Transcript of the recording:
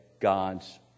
God's